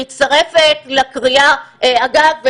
מצטרפת לקריאה אגב,